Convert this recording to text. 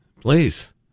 please